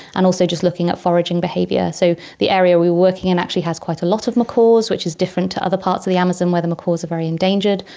and also just looking at foraging behaviour. so the area we were working in actually has quite a lot of macaws, which is different to other parts of the amazon where the macaws are very endangered,